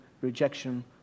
rejection